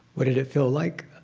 what did it feel like?